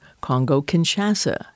Congo-Kinshasa